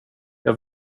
jag